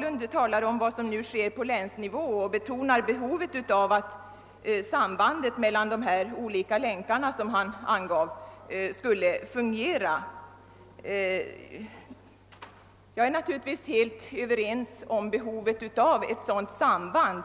nu inte är beredd att gå med på vårt förslag om att ge samhället möjligheter att effektivt styra utvecklingen. Det var emellertid inte för att säga detta jag begärde ordet, utan anledningen härtill var att herr Haglund berörde vad som sker på länsnivå och betonade behovet av ett samband mellan de olika länkar inom planeringsverksamheten som han angav. Jag är naturligtvis helt införstådd med behovet av ett sådant samspel.